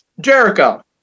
Jericho